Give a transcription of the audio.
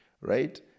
Right